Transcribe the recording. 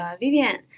Vivian 。